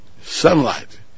sunlight